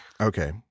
Okay